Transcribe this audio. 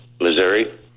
Missouri